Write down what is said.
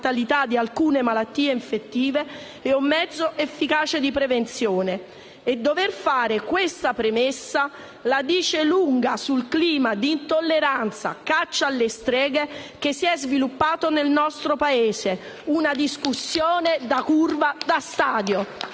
di alcune malattie infettive e un mezzo efficace di prevenzione. Dover fare questa premessa la dice lunga sul clima di intolleranza, caccia alle streghe che si è sviluppato nel nostro Paese, una discussione da curva da stadio